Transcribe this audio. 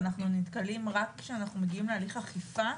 אנחנו נתקלים במצב שבו רק בשלב שאנחנו מגיעים להליך אכיפה,